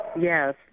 Yes